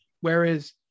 Whereas